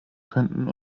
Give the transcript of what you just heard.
könnten